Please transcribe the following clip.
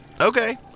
Okay